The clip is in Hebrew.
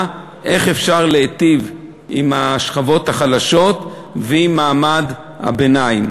של איך אפשר להיטיב עם השכבות החלשות ועם מעמד הביניים.